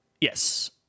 Yes